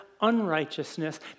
unrighteousness